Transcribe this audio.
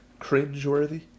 Cringeworthy